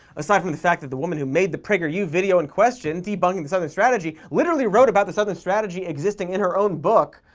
aside from the fact that the woman who made the prageru video in question debunking the southern strategy literally wrote about the southern strategy existing in her own book,